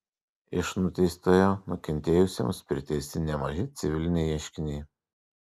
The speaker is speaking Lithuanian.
iš nuteistojo nukentėjusioms priteisti nemaži civiliniai ieškiniai